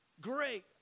great